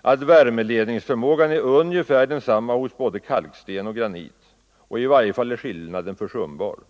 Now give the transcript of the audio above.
att värmeledningsförmågan är ungefär densamma hos både kalksten och granit och i varje fall är skillnaden försumbar.